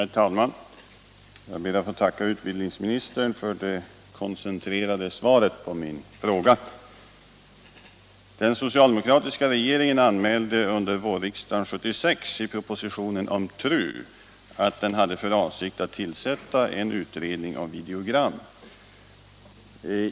Herr talman! Jag ber att få tacka utbildningsministern för det koncentrerade svaret på min fråga. Den socialdemokratiska regeringen anmälde under vårriksdagen 1976 i propositionen om TRU att den hade för avsikt att tillsätta en utredning om videogram.